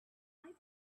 would